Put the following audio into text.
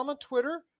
Twitter